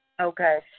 Okay